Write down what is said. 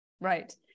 Right